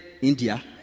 India